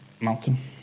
Malcolm